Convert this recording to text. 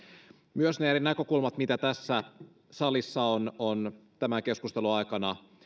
myös ne eri näkökulmat mitä tässä salissa on on tämän keskustelun aikana